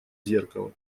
зеркало